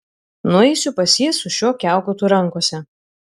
nueisiu pas jį su šiuo kiaukutu rankose